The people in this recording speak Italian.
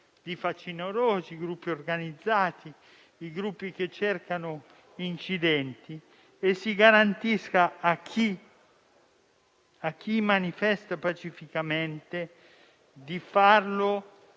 di facinorosi, i gruppi organizzati, i gruppi che cercano incidenti, al fine di garantire a chi manifesta pacificamente di farlo